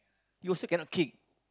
you also cannot kick